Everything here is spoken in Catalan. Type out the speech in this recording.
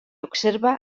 observa